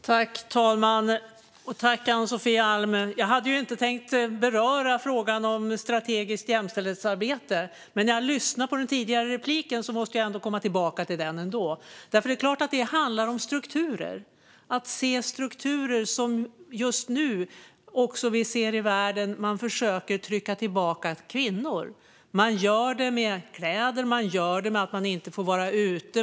Fru talman! Jag hade inte tänkt beröra frågan om strategiskt jämställdhetsarbete, men när jag lyssnade på det förra replikskiftet måste jag ändå ta upp den. Det är klart att det handlar om strukturer och om att se de strukturer i världen där man försöker trycka tillbaka kvinnor. Man gör det med kläder och genom att kvinnor inte får vara ute.